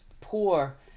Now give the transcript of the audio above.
poor